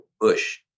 Bush